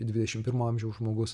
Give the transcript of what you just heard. dvidešim pirmo amžiaus žmogus